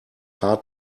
hard